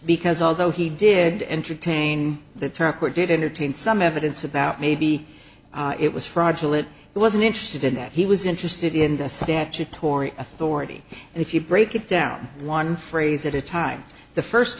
because although he did entertain the term where did entertain some evidence about maybe it was fraudulent he wasn't interested in that he was interested in the statutory authority and if you break it down one phrase at a time the first